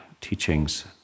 teachings